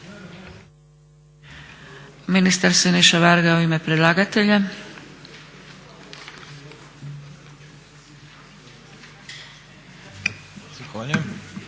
Ministar Siniša Varga u ime predlagatelja. **Varga,